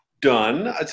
done